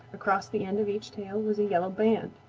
across the end of each tail was a yellow band.